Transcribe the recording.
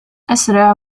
أسرع